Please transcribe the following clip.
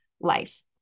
life